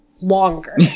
longer